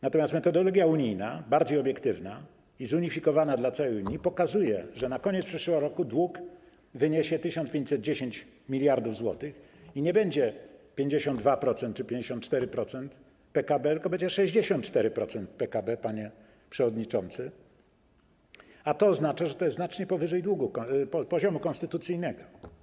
Natomiast metodologia unijna, bardziej obiektywna i zunifikowana dla całej Unii, pokazuje, że na koniec przyszłego roku dług wyniesie 1510 mld zł i to nie będzie 52% czy 54% PKB, tylko 64% PKB, panie przewodniczący, a to oznacza, że ten dług jest znacznie powyżej poziomu konstytucyjnego.